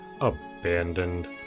abandoned